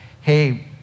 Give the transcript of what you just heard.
hey